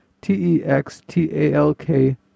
T-E-X-T-A-L-K